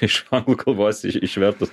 iš anglų kalbos išvertus